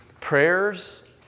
prayers